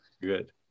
Good